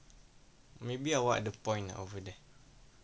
maybe awak ada point over there